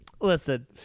listen